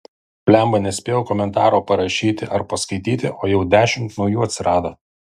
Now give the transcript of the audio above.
blemba nespėjau komentaro parašyti ar paskaityti o jau dešimt naujų atsirado